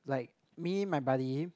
like me my buddy